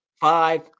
five